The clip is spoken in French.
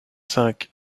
cinq